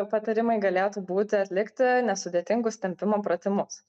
patarimai galėtų būti atlikti nesudėtingus tempimo pratimus